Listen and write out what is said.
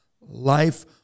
life